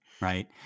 Right